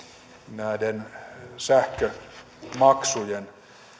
näiden sähkömaksujen